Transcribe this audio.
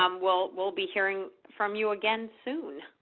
um we'll we'll be hearing from you again soon.